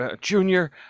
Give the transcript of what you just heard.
Junior